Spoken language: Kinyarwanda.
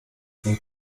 utuma